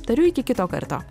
tariu iki kito karto